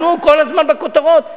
אנחנו כל הזמן בכותרות.